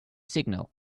signal